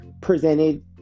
presented